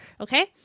Okay